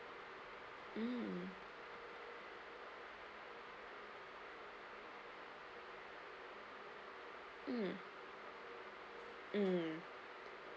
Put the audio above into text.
mm mm mm mm mm mm